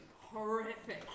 horrific